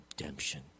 redemption